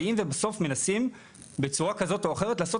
באים ובסוף מנסים בצורה כזאת או אחרת לעשות